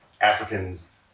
Africans